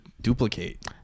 duplicate